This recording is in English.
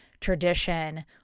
tradition